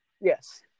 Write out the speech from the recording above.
Yes